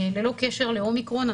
ללא קשר ל-אומיקרון,